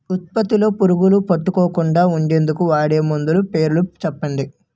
ఉత్పత్తి లొ పురుగులు పట్టకుండా ఉండేందుకు వాడే మందులు పేర్లు చెప్పండీ?